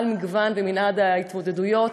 על מגוון ומנעד ההתמודדויות.